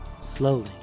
Slowly